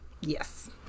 Yes